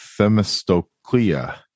themistoclea